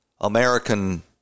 American